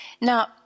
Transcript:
Now